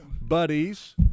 buddies